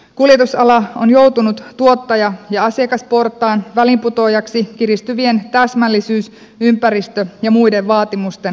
kuljetusala on joutunut tuottaja ja asiakasportaan väliinputoajaksi kiristyvien täsmällisyys ympäristö ja muiden vaatimusten maksumieheksi